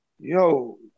Yo